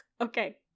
Okay